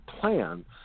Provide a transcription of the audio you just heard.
plan